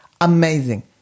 amazing